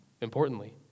importantly